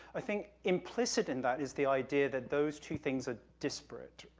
i think implicit in that is the idea that those two things are disparate,